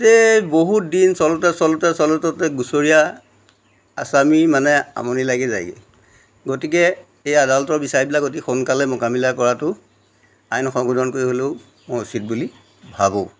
গোটেই বহুত দিন চলোতে চলোতে চলোতে গোচৰীয়া আচামী মানে আমনি লাগি যায়গৈ গতিকে এই আদালতৰ বিচাৰবিলাক অতি সোনকালে মোকাবিলা কৰাটো আইন সংশোধন কৰি হ'লেও মই উচিত বুলি ভাবো